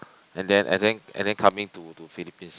and then and then and then coming to to Philippines